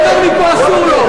מה שהוא אמר מפה אסור לו.